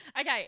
Okay